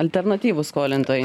alternatyvūs skolintojai